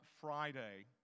Friday